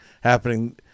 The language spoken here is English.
happening